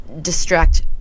distract